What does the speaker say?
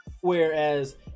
Whereas